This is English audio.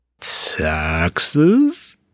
Taxes